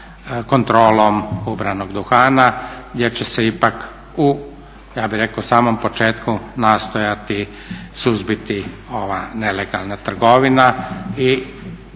kontrolom ubranog duhana jer će se ipak u ja bih rekao samom početku nastojati suzbiti ova nelegalna trgovina i